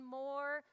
more